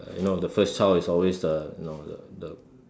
uh you know the first child is always the you know the the